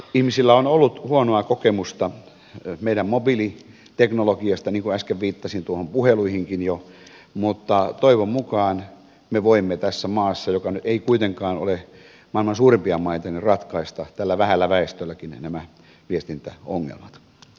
ihmisillä on ollut huonoa kokemusta meidän mobiiliteknologiasta niin kuin äsken viittasin noihin puheluihinkin jo mutta toivon mukaan me voimme tässä maassa joka nyt ei kuitenkaan ole maailman suurimpia maita ratkaista tällä vähällä väestölläkin nämä viestintäongelmat